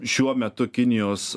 šiuo metu kinijos